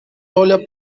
olha